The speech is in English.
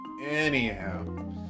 anyhow